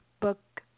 book